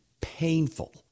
painful